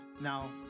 now